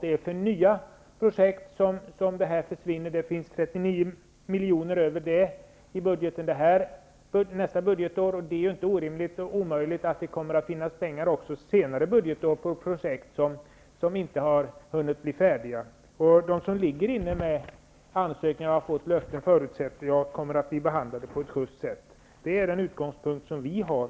Möjligheten att lämna bidrag för nya projekt försvinner. Det finns 39 miljoner i budgeten för nästa budgetår, och det är inte omöjligt att det kommer att finnas pengar även senare budgetår för projekt som inte har hunnit bli färdiga. Jag förutsätter att de som har ansökningar inne och har fått löften kommer att bli behandlade på ett schyst sätt. Det är den utgångspunkt vi har.